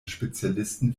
spezialisten